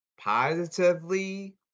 positively